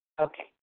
Okay